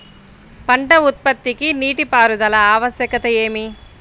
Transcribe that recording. పంట ఉత్పత్తికి నీటిపారుదల ఆవశ్యకత ఏమి?